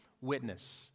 witness